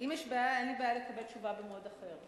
אם יש בעיה, אין לי בעיה לקבל תשובה במועד אחר.